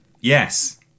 Yes